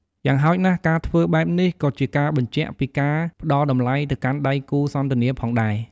យ៉ាងហោចណាស់ ការធ្វើបែបនេះក៏ជាការបញ្ជាក់ពីការផ្ដល់តម្លៃទៅកាន់ដៃគូសន្ទនាផងដែរ។